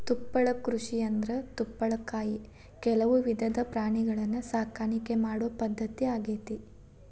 ತುಪ್ಪಳ ಕೃಷಿಯಂದ್ರ ತುಪ್ಪಳಕ್ಕಾಗಿ ಕೆಲವು ವಿಧದ ಪ್ರಾಣಿಗಳನ್ನ ಸಾಕಾಣಿಕೆ ಮಾಡೋ ಪದ್ಧತಿ ಆಗೇತಿ